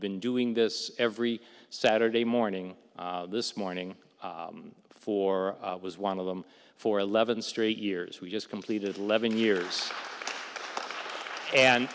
been doing this every saturday morning this morning for was one of them for eleven straight years we just completed levon year and